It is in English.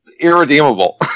irredeemable